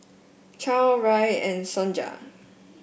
Chadd Rahn and Sonja